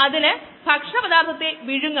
അതാണ് യഥാർത്ഥ ഡാറ്റ